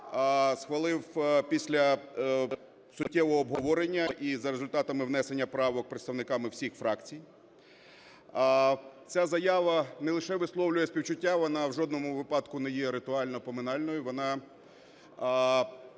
схвалив після суттєвого обговорення і за результатами внесення правок представниками всіх фракцій. Ця заява не лише висловлює співчуття, вона в жодному випадку не є ритуально-поминальною, вона